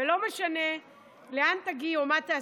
ולא משנה לאן תגיעי או מה תעשי,